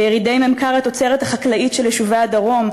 ביריד ממכר התוצרת החקלאית של יישובי הדרום,